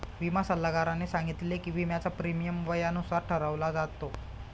विमा सल्लागाराने सांगितले की, विम्याचा प्रीमियम वयानुसार ठरवला जातो